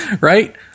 right